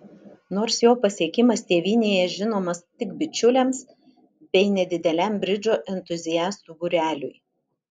nors jo pasiekimas tėvynėje žinomas tik bičiuliams bei nedideliam bridžo entuziastų būreliui